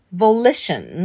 volition